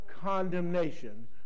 condemnation